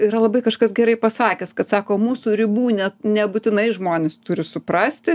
yra labai kažkas gerai pasakęs kad sako mūsų ribų net nebūtinai žmonės turi suprasti